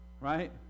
right